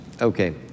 Okay